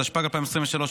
התשפ"ג 2023,